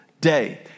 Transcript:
day